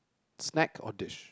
snack or dish